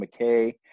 McKay